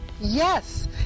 Yes